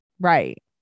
Right